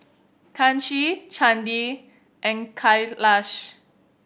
Kanshi Chandi and Kailash